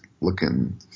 looking